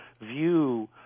view